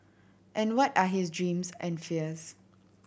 and what are his dreams and fears